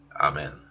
amen